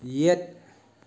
ꯌꯦꯠ